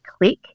click